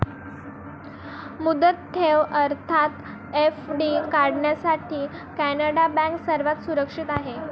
मुदत ठेव अर्थात एफ.डी काढण्यासाठी कॅनडा बँक सर्वात सुरक्षित आहे